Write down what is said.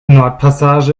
nordpassage